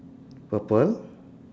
purple